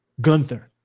Gunther